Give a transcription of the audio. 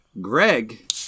Greg